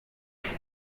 aho